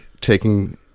taking